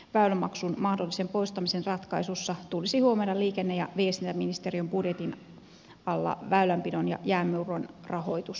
väylämaksun mahdollisen poistamisen ratkaisussa tulisi huomioida liikenne ja viestintäministeriön budjetin alla väylänpidon ja jäänmurron rahoitus